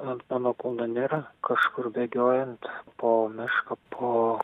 ant mano kūno nėra kažkur bėgiojant po mišką po